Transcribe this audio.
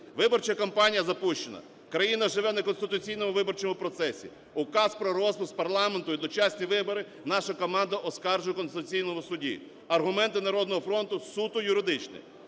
Виборча кампанія запущена. Країна живе в неконституційному виборчому процесі. Указ про розпуск парламенту і дочасні вибори наша команда оскаржує в Конституційному Суді. Аргументи "Народного фронту" суто юридичні.